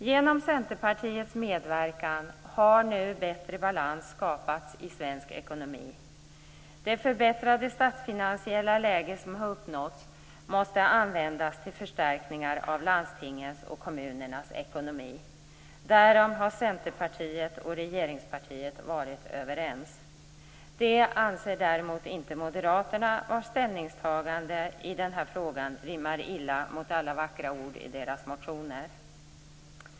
Genom Centerpartiets medverkan har nu bättre balans skapats i svensk ekonomi. Det förbättrade statsfinansiella läge som har uppnåtts måste användas till förstärkningar av landstingens och kommunernas ekonomi. Därom har Centerpartiet och regeringspartiet varit överens. Det anser däremot inte moderaterna. Deras ställningstagande i den här frågan rimmar väldigt illa mot alla vackra ord i deras motioner.